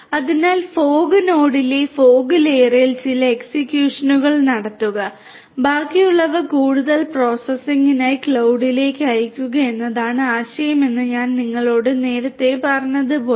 അതിനാൽ ഫോഗ് നോഡിലെ ഫോഗ് ലെയറിൽ ചില എക്സിക്യൂഷനുകൾ നടത്തുക ബാക്കിയുള്ളവ കൂടുതൽ പ്രോസസ്സിംഗിനായി ക്ലൌഡിലേക്ക് അയയ്ക്കുക എന്നതാണ് ആശയം എന്ന് ഞാൻ നിങ്ങളോട് നേരത്തെ പറഞ്ഞതുപോലെ